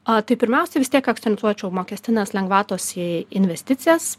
a tai pirmiausia vis tiek akcentuočiau mokestinės lengvatos į investicijas